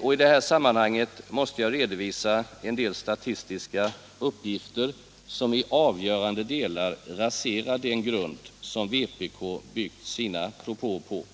Och i det här sammanhanget måste jag redovisa en del statistiska uppgifter som i avgörande delar raserar den grund som vpk har byggt sina propåer på.